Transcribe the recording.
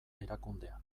erakundea